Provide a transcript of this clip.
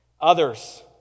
Others